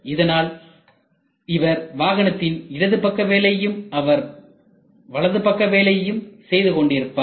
இதனால் இவர் வாகனத்தின் இடது பக்க வேலையையும் அவர் வலது பக்க வேலையையும் செய்து கொண்டிருப்பார்